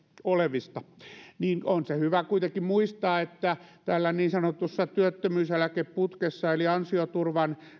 olevista on hyvä kuitenkin muistaa että niin sanotussa työttömyyseläkeputkessa on eli ansioturvan